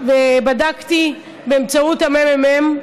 ובדקתי באמצעות הממ"מ,